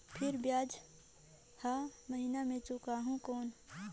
फिर ब्याज हर महीना मे चुकाहू कौन?